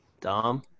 Dom